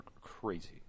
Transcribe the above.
crazy